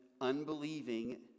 unbelieving